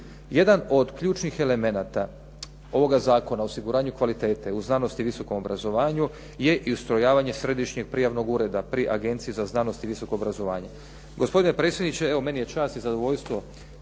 Jedan od ključnih elemenata ovoga Zakona o osiguranju kvalitete u znanosti i visokom obrazovanju je i ustrojavanje Središnjeg prijavnog ureda pri Agenciji za znanost i visoko obrazovanje.